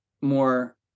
more